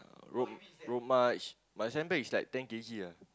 uh road march my sandbag is like ten K_G ah